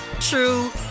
true